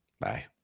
Bye